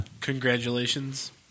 Congratulations